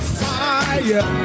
fire